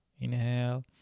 Inhale